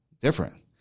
different